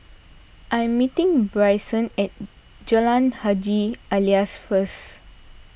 I am meeting Bryson at Jalan Haji Alias first